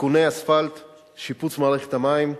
תיקוני אספלט, שיפוץ מערכת המים,